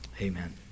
Amen